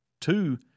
Two